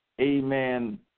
amen